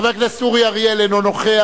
חבר הכנסת אורי אריאל אינו נוכח.